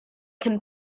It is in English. can